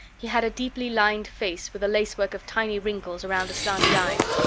he had a deeply lined face with a lacework of tiny wrinkles around the slanted eyes.